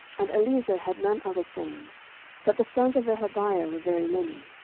and eliezer had none other sons but the sons of rehabiah were very many.